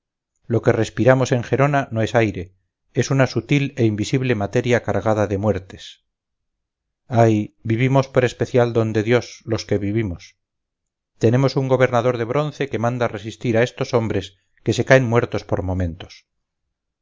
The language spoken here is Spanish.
lo que respiramos en gerona no es aire es una sutil e invisible materia cargada de muertes ay vivimos por especial don de dios los que vivimos tenemos un gobernador de bronce que manda resistir a estos hombres que se caen muertos por momentos